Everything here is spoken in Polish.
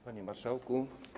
Panie Marszałku!